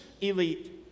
elite